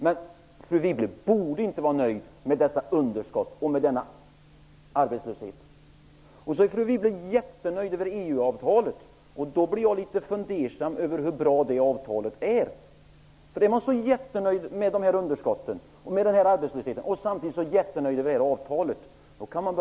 Men fru Wibble borde inte vara nöjd med detta underskott och denna arbetslöshet. Dessutom är fru Wibble jättenöjd med EU-avtalet. Då blir jag litet fundersam över hur bra det avtalet är. Finns det anledning att vara nöjd med detta avtal?